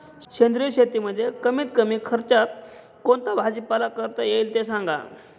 सेंद्रिय शेतीमध्ये कमीत कमी खर्चात कोणता भाजीपाला करता येईल ते सांगा